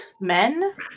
men